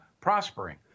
prospering